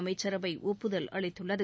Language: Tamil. அமைச்சரவை ஒப்புதல் அளித்துள்ளது